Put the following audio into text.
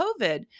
COVID